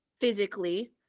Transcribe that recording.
physically